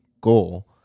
goal